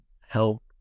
help